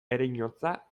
ereinotza